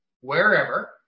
wherever